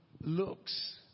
looks